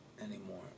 anymore